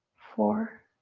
four,